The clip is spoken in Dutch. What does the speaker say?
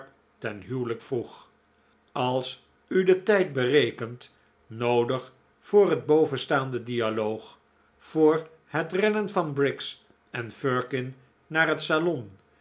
ten huwelijk vroeg als u den tijd berekent noodig voor het bovenstaande dialoog voor het rennen van briggs en firkin naar het salon